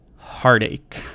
heartache